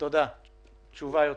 או אפריל,